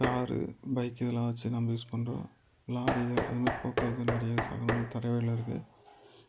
car bike இதெல்லாம் வைச்சி நம்ம யூஸ் பண்ணுறோம் லாரிகள் அதுமாதிரி போக்குவரத்து நிறைய சகலமும் தரைவழியில் இருக்குது